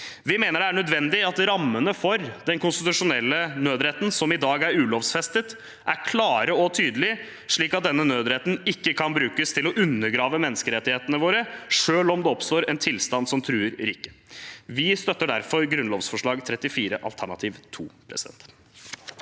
Vi mener det er nødvendig at rammene for den konstitusjonelle nødretten som i dag er ulovfestet, er klare og tydelige, slik at denne nødretten ikke kan brukes til å undergrave menneskerettighete ne våre, selv om det oppstår en tilstand som truer riket. Vi støtter derfor grunnlovsforslag 34, alternativ 2. Grunde